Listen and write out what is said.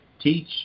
teach